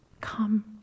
Come